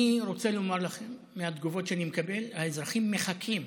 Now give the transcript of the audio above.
אני רוצה לומר לכם מהתגובות שאני מקבל: האזרחים מחכים.